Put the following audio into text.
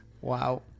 Wow